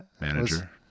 manager